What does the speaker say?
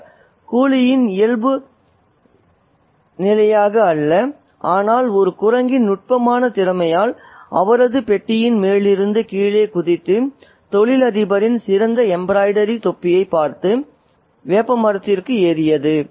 அவர் கூலியின் இயல்புநிலையாக அல்ல ஆனால் ஒரு குரங்கின் நுட்பமான திறமையால் அவரது பெட்டியின் மேலிருந்து கீழே குதித்து தொழிலதிபரின் சிறந்த எம்பிராய்டரி தொப்பியைப் பறித்து வேப்பமரத்திற்கு ஏறியது